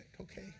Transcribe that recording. okay